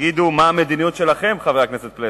תגידו מה המדיניות שלכם, חבר הכנסת פלסנר: